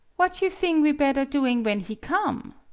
what you thing we bedder doing when he come?